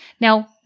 Now